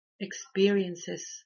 Experiences